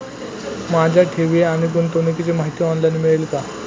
माझ्या ठेवी आणि गुंतवणुकीची माहिती ऑनलाइन मिळेल का?